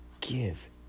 give